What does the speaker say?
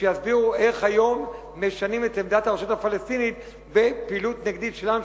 שיסבירו איך משנים היום את עמדת הרשות הפלסטינית בפעילות נגדית שלנו,